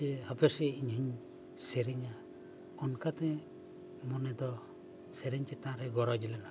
ᱡᱮ ᱦᱟᱯᱮ ᱥᱮ ᱤᱧᱦᱚᱧ ᱥᱮᱨᱮᱧᱟ ᱚᱱᱠᱟᱛᱮ ᱢᱚᱱᱮ ᱫᱚ ᱥᱮᱨᱮᱧ ᱪᱮᱛᱟᱱ ᱨᱮ ᱜᱚᱨᱚᱡᱽ ᱞᱮᱱᱟ